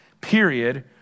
period